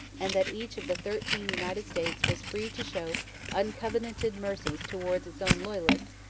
and that each of the thirteen united states was free to show uncovenanted mercies towards its own loyalists,